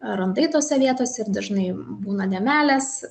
randai tose vietose ir dažnai būna dėmelės